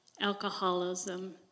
alcoholism